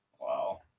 Wow